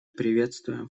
приветствуем